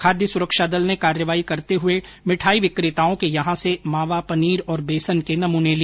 खाद्य सुरक्षा दल ने कार्यवाही करते हुए मिठाई विक्रेताओं के यहां से मावा पनीर और बेसन के नमूने लिए